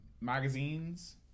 magazines